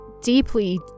deeply